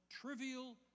trivial